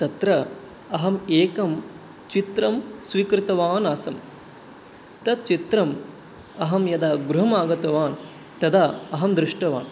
तत्र अहम् एकं चित्रं स्वीकृतवान् आसं तत् चित्रम् अहं यदा गृहम् आगतवान् तदा अहं दृष्टवान्